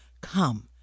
come